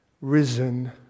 risen